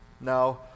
Now